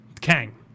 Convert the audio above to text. Kang